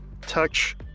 touch